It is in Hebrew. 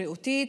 בריאותית.